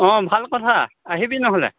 অ' ভাল কথা আহিবি নহ'লে